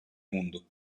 mundo